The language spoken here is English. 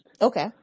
okay